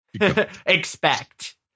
expect